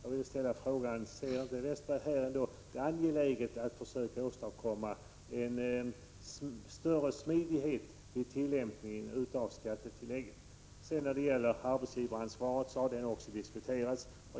Anser inte Olle Westberg att det är angeläget att försöka åstadkomma större smidighet vid tillämpningen av skattetilläggen? Frågan om arbetsgivaransvaret har också diskuterats.